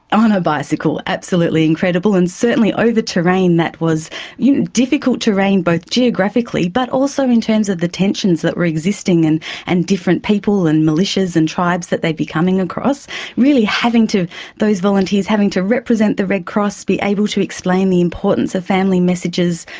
on a bicycle, absolutely incredible, and certainly over terrain that was you know difficult terrain both geographically, but also in terms of the tensions that were existing, and and different people and militias and tribes that they'd be coming across really those volunteers having to represent the red cross, be able to explain the importance of family messages,